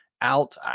out